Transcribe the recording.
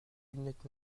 lunettes